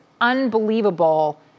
unbelievable